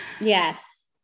Yes